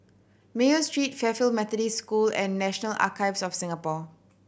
Mayo Street Fairfield Methodist School and National Archives of Singapore